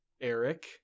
Eric